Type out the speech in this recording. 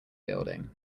building